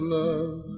love